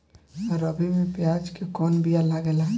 रबी में प्याज के कौन बीया लागेला?